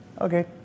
okay